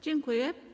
Dziękuję.